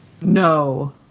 No